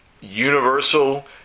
universal